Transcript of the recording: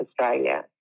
Australia